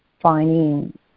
finding